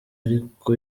ariko